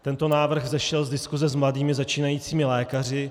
Tento návrh vzešel z diskuse s mladými začínajícími lékaři.